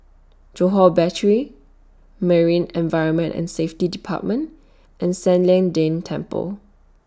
Johore Battery Marine Environment and Safety department and San Lian Deng Temple